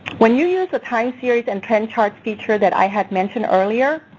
when you use a time series and trend chart feature that i had mentioned earlier,